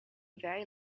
very